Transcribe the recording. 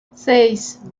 seis